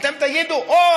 אתם תגידו: אוה,